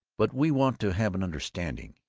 but we want to have an understanding.